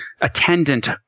attendant